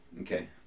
Okay